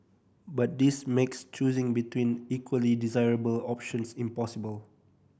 but this makes choosing between equally desirable options impossible